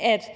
at